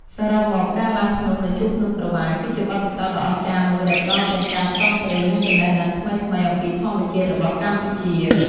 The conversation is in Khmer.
សរុបមក ការឡើងភ្នំនៅជួរភ្នំក្រវាញគឺជាបទពិសោធន៍ដ៏អស្ចារ្យមួយដែលផ្តល់ទាំងការផ្សងព្រេង និងចំណេះដឹងថ្មីៗអំពីធម្មជាតិរបស់កម្ពុជា។